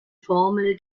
formel